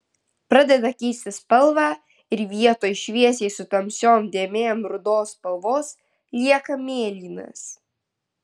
pradeda keisti spalvą ir vietoj šviesiai su tamsiom dėmėm rudos spalvos lieka mėlynas